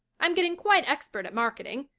i'm getting quite expert at marketing.